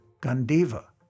Gandiva